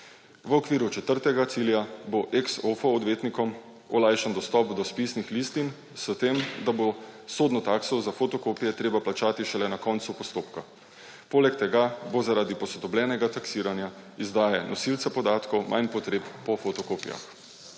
V okviru četrtega cilja bo ex offo odvetnikom olajšan dostop do spisnih listin, s tem da bo sodno takso za fotokopije treba plačati šele na koncu postopka. Poleg tega bo zaradi posodobljenega taksiranja izdaje nosilca podatkov manj potreb po fotokopijah.